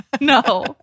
No